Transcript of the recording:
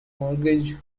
mortgage